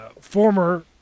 former